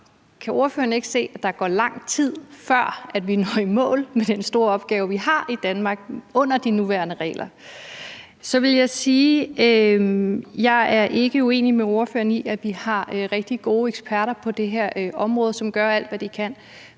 Kan ordføreren ikke se, at der går lang tid, før vi med de nuværende regler når i mål med den store opgave, vi har i Danmark? Så vil jeg sige, at jeg ikke er uenig med ordføreren i, at vi har rigtig gode eksperter på det her område, som gør alt, hvad de kan,